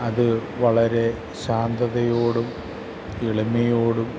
അത് വളരെ ശാന്തതയോടും എളിമയോടും